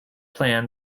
plan